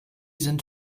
sind